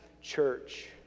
Church